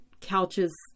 couches